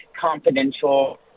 confidential